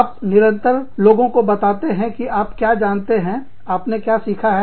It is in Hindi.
आप निरंतर लोगों को बताते हैं कि आप क्या जानते हैंआपने क्या सीखा है